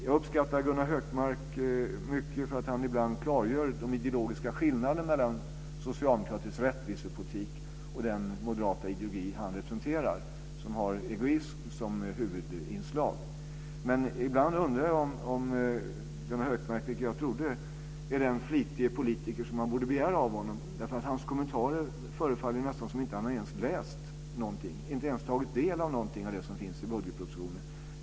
Jag uppskattar Gunnar Hökmark mycket för att han ibland klargör de ideologiska skillnaderna mellan socialdemokratisk rättvisepolitik och den moderata ideologi som han representerar, som har egoism som huvudinslag. Men ibland undrar jag om Gunnar Hökmark, vilket jag trodde, är den flitige politiker som man borde begära av honom att han ska vara. Av hans kommentarer förefaller det nästan som om han inte ens har läst, inte ens tagit del av, något av det som finns i budgetpropositionen.